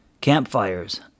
campfires